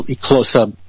close-up